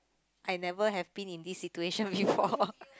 I never have been in this situation before